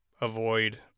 avoid